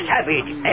Savage